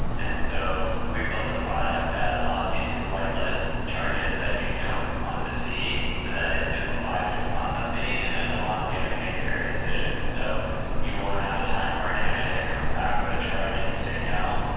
and so we built a product that allows you to white list charges that you don't want to see so that it simplifies your processing and then it allows you to make fair decisions. so you won't have a time where a candidate comes back with the ah charge and you say no.